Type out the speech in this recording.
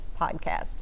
podcast